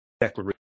Declaration